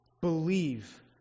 Believe